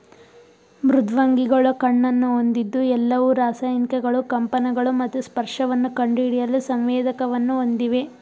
ಮೃದ್ವಂಗಿಗಳು ಕಣ್ಣನ್ನು ಹೊಂದಿದ್ದು ಎಲ್ಲವು ರಾಸಾಯನಿಕಗಳು ಕಂಪನಗಳು ಮತ್ತು ಸ್ಪರ್ಶವನ್ನು ಕಂಡುಹಿಡಿಯಲು ಸಂವೇದಕವನ್ನು ಹೊಂದಿವೆ